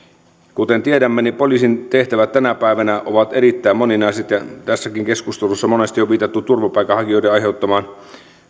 kuten tiedämme poliisin tehtävät tänä päivänä ovat erittäin moninaiset ja tässäkin keskustelussa monesti on viitattu turvapaikanhakijoiden